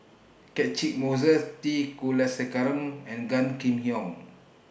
Catchick Moses T Kulasekaram and Gan Kim Yong